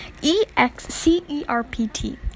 E-X-C-E-R-P-T